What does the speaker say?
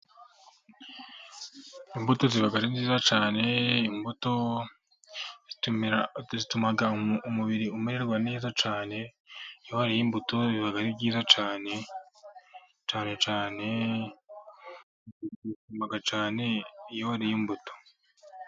Imbuto zibabari nziza cyane, imbuto zituma umubiri umererwa neza cyane, iyo wariye imbuto biba ari byiza cyane, cyane cyane iyori wariye imbuto.